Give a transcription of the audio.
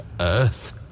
Earth